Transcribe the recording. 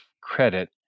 credit